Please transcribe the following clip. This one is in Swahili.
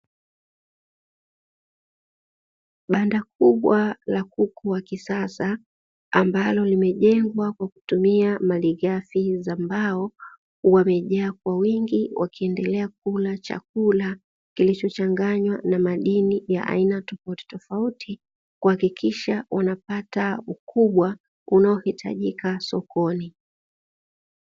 Banda kubwa la kuku wa kisasa ambalo limejengwa kwa kutumia malighafi za mbao, wamejaa kwa wingi wakiendelea kula chakula kilichochanganywa na madini ya aina tofautitofauti, kuhakikisha wanapata ukubwa unaohitajika sokoni.